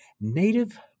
Native